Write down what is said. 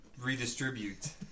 redistribute